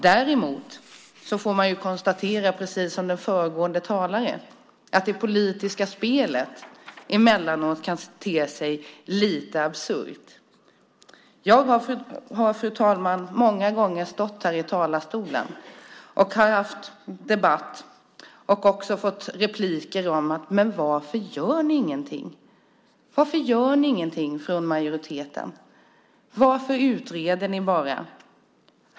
Däremot får man konstatera, precis som den föregående talaren gjorde, att det politiska spelet emellanåt kan te sig lite absurt. Jag har, fru talman, många gånger stått här i talarstolen och debatterat och då fått höra: Men varför gör ni ingenting? Varför gör ni ingenting från majoriteten? Varför utreder ni bara?